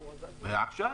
עכשיו.